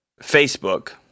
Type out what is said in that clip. Facebook